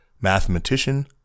mathematician